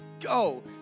go